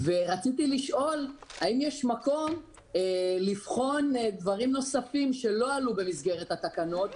רציתי לשאול האם יש מקום לבחון דברים נוספים שלא עלו במסגרת התקנות?